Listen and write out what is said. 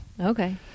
okay